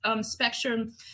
spectrum